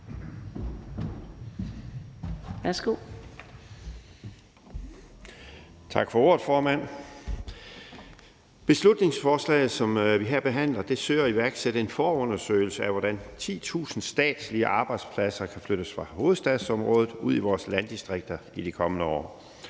Tak for ordet, formand. Beslutningsforslaget, som vi her behandler, søger at iværksætte en forundersøgelse af, hvordan 10.000 statslige arbejdspladser kan flyttes fra hovedstadsområdet ud i vores landdistrikter i de kommende år.